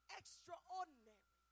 extraordinary